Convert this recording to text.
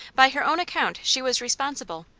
by her own account she was responsible.